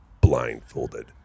blindfolded